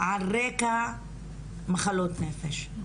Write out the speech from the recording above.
על רקע מחלות נפש.